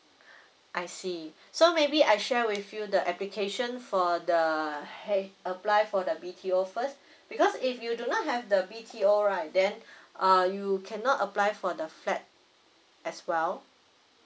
I see so maybe I share with you the application for the H~ apply for the B_T_O first because if you do not have the B_T_O right then err you cannot apply for the flat as well